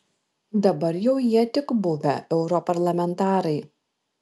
dabar jau jie tik buvę europarlamentarai